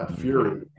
fury